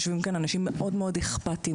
יושבים כאן אנשים מאוד מאוד אכפתיים